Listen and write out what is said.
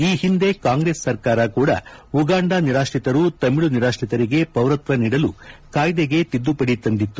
ಈ ಹಿಂದೆ ಕಾಂಗ್ರೆಸ್ ಸರ್ಕಾರ ಕೂಡ ಉಗಾಂಡ ನಿರಾತ್ರಿತರು ತಮಿಳು ನಿರಾತ್ರಿತರಿಗೆ ಪೌರತ್ವ ನೀಡಲು ಕಾಯ್ದೆಗೆ ತಿದ್ದುಪಡಿ ತಂದಿತ್ತು